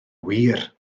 wir